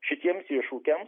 šitiems iššūkiams